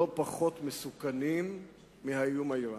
לא פחות מסוכנים מהאיום האירני.